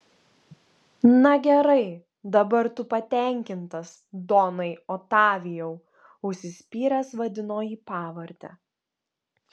na gerai dabar tu patenkintas donai otavijau užsispyręs vadino jį pavarde